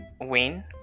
Win